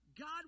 God